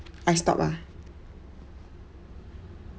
I stop lah